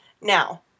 Now